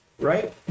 Right